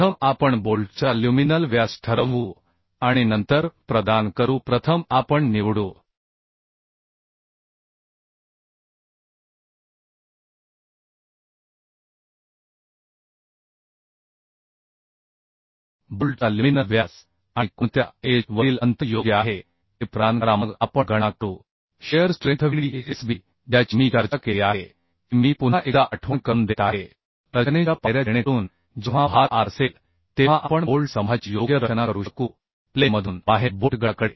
प्रथम आपण बोल्टचा ल्युमिनल व्यास ठरवू आणि नंतर प्रदान करू प्रथम आपण निवडू बोल्टचा ल्युमिनल व्यास आणि कोणत्या एज वरील अंतर योग्य आहे ते प्रदान करा मग आपण गणना करू शिअर स्ट्रेंथVdsb ज्याची मी चर्चा केली आहे की मी पुन्हा एकदा आठवण करून देत आहे रचनेच्या पायऱ्या जेणेकरून जेव्हा भार आत असेल तेव्हा आपण बोल्ट समूहाची योग्य रचना करू शकू प्लेन मधून बाहेर बोल्ट गटाकडे